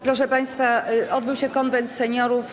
Proszę państwa, odbył się Konwent Seniorów.